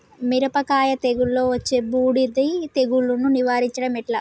మిరపకాయ తెగుళ్లలో వచ్చే బూడిది తెగుళ్లను నివారించడం ఎట్లా?